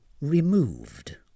removed